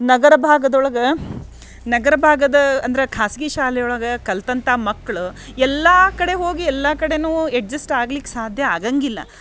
ನಗರ ಭಾಗದೊಳಗೆ ನಗರ ಭಾಗದ ಅಂದ್ರೆ ಖಾಸಗಿ ಶಾಲೆಯೊಳಗೆ ಕಲಿತಂಥ ಮಕ್ಕಳು ಎಲ್ಲ ಕಡೆ ಹೋಗಿ ಎಲ್ಲ ಕಡೆಯೂ ಎಡ್ಜೆಸ್ಟ್ ಆಗ್ಲಿಕ್ಕೆ ಸಾಧ್ಯ ಆಗಂಗಿಲ್ಲ